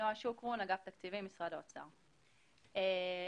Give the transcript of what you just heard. את ההצעה,